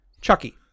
Chucky